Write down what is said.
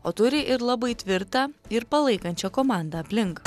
o turi ir labai tvirtą ir palaikančią komandą aplink